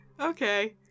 Okay